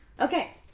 okay